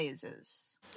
phases